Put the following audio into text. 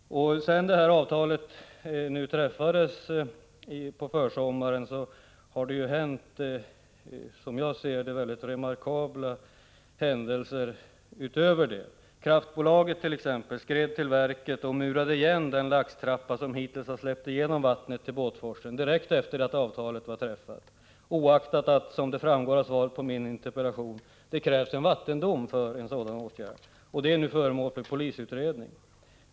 Sedan avtalet träffades på försommaren har det inträffat, som jag ser det, mycket remarkabla händelser utöver detta. Direkt efter det att avtalet var träffat skred kraftbolaget till verket och murade igen den laxtrappa som hittills har släppt igenom vatten till Båtforsen, oaktat att det —som framgår av svaret på min interpellation — krävs en vattendom för en sådan åtgärd. Det är nu föremål för polisutredning.